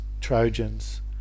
Trojans